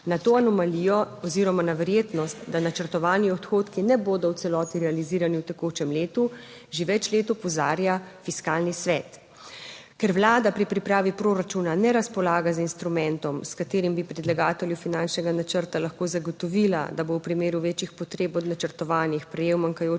Na to anomalijo oziroma na verjetnost, da načrtovani odhodki ne bodo v celoti realizirani v tekočem letu že več let opozarja Fiskalni svet. Ker Vlada pri pripravi proračuna ne razpolaga z instrumentom, s katerim bi predlagatelju finančnega načrta lahko zagotovila, da bo v primeru večjih potreb od načrtovanih, prejel manjkajoča